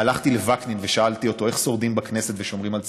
והלכתי לווקנין ושאלתי אותו איך שורדים בכנסת ושומרים על צניעות.